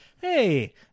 hey